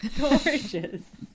gorgeous